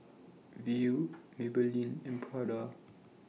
Viu Maybelline and Prada